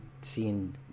seeing